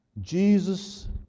Jesus